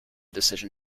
decision